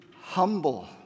Humble